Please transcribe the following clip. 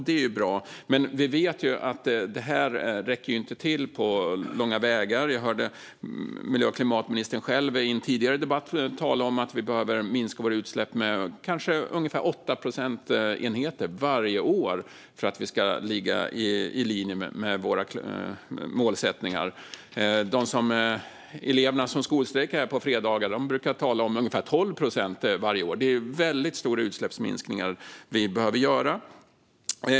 Det är bra, men vi vet ju att det inte räcker till på långa vägar. Jag hörde miljö och klimatminstern själv i en tidigare debatt tala om att vi behöver minska våra utsläpp med kanske 8 procentenheter varje år för att ligga i linje med våra målsättningar. De elever som skolstrejkar här på fredagar brukar tala om ungefär 12 procentenheter varje år. Det är väldigt stora utsläppsminskningar vi behöver göra.